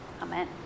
Amen